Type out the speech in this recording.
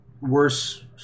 worse